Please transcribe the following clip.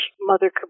Mother